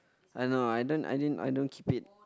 I know I don't I didn't I don't keep it